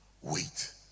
Wait